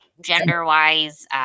gender-wise